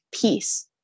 peace